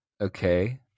okay